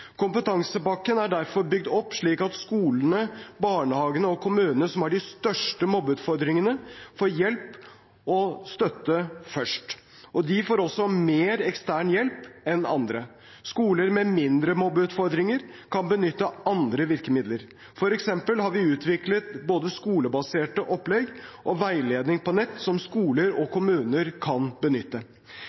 Kompetansepakken er derfor bygd opp slik at skolene, barnehagene og kommunene som har de største mobbeutfordringene, får hjelp og støtte først. De får også mer ekstern hjelp enn andre. Skoler med mindre mobbeutfordringer kan benytte andre virkemidler. For eksempel har vi utviklet både skolebaserte opplegg og veiledning på nett som skoler og kommuner kan benytte.